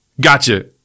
Gotcha